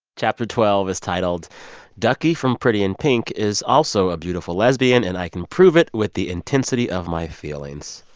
chapter twelve is titled duckie from pretty in pink is also a beautiful lesbian and i can prove it with the intensity of my feelings.